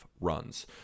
Runs